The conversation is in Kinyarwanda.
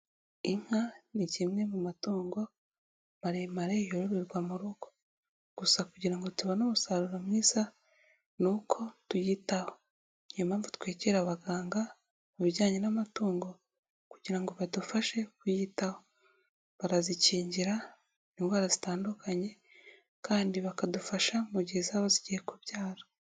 Inka ni kimwe mu matungo maremare yororerwa mu rugo, gusa kugira ngo tubone umusaruro mwiza ni uko tuyitaho, ni yo mpamvu twegera abaganga mu bijyanye n'amatungo kugira ngo badufashe kuyitaho barazikingira indwara zitandukanye kandi bakadufasha mu gihe zaba zigiye kubyara.